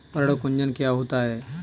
पर्ण कुंचन क्या होता है?